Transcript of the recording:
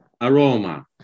aroma